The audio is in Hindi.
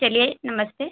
चलिए नमस्ते